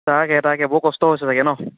তাকে তাকে বৰ কষ্ট হৈছে চাগৈ ন